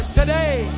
today